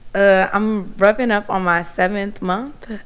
i'm rubbing up on my seventh month.